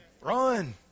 Run